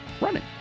running